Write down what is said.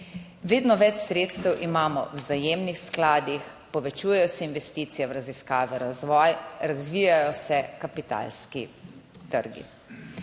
Vedno več sredstev imamo v vzajemnih skladih, povečujejo se investicije v raziskave, razvoj, razvijajo se kapitalski trgi.